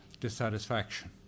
dissatisfaction